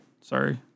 Sorry